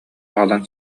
аҕалан